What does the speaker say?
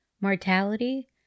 mortality